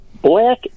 Black